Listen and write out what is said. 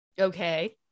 okay